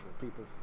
people